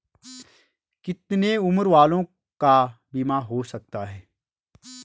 कितने उम्र वालों का बीमा हो सकता है?